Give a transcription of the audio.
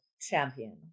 Champion